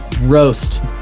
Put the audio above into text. roast